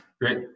Great